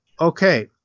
Okay